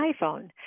iPhone